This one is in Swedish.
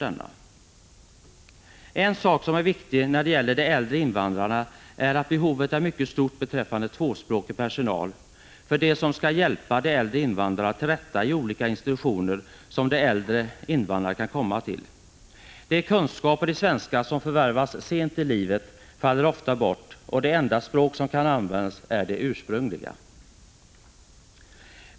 En sak som är viktig när det gäller de äldre invandrarna är att behovet är mycket stort beträffande tvåspråkig personal för dem som skall hjälpa de äldre invandrarna till rätta i olika institutioner som de äldre invandrarna kan komma till. De kunskaper i svenska som förvärvas sent i livet faller ofta bort, och det enda språk som kan användas är det ursprungliga.